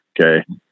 okay